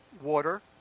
water